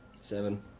Seven